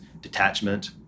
detachment